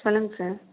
சொல்லுங்க சார்